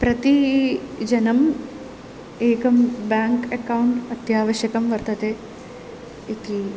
प्रति जनम् एकं बेङ्क् अकौण्ट् अत्यावश्यकं वर्तते इति